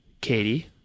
Katie